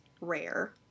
rare